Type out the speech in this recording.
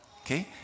okay